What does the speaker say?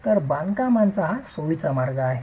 तर बांधकामाचा हा सोयीचा मार्ग आहे